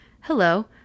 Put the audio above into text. hello